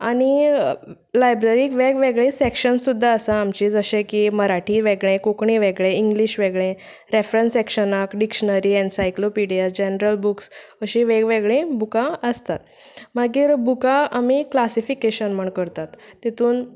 आनी लायब्ररीक वेगवेगळे सेक्शन सुद्दा आसा आमची जशें की मराठी वेगळें कोंकणी वेगळें इंग्लीश वेगळें रेफरंस सॅक्शनाक डिक्शनरी एनसायक्लोपिडिया जनरल बुक्स अशीं वेगवेगळीं बुकां आसतात मागीर बुकां आमी क्लासिफिकेशन म्हण करतात तेतून